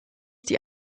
die